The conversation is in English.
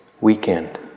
weekend